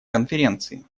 конференции